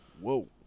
Whoa